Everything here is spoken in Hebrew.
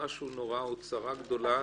משהו נורא, צרה גדולה.